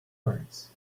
birds